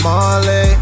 Marley